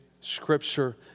scripture